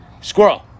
squirrel